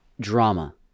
drama